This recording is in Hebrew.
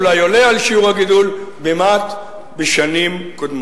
ואולי עולה על שיעור הגידול בשנים קודמות.